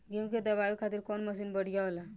गेहूँ के दवावे खातिर कउन मशीन बढ़िया होला?